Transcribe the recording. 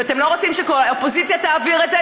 אתם לא רוצים שהאופוזיציה תעביר את זה?